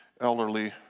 elderly